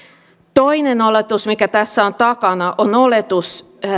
toinen oletus mikä tässä on takana on oletus